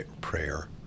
prayer